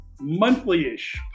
Monthly-ish